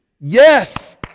Yes